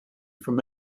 from